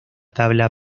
tabla